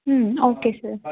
ம் okay sir